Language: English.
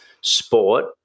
sport